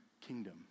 kingdom